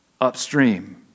Upstream